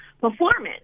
performance